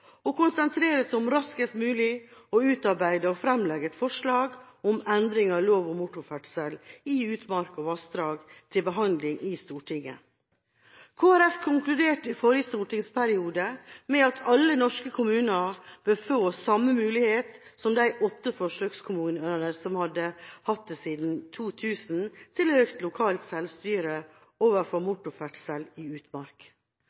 og konsentrere seg om raskest mulig å utarbeide og fremlegge et forslag om endring av lov om motorferdsel i utmark og vassdrag til behandling i Stortinget. Kristelig Folkeparti konkluderte i forrige stortingsperiode med at alle norske kommuner bør få samme mulighet som de åtte forsøkskommunene har hatt siden 2000 til økt lokalt selvstyre over motorferdsel i utmark.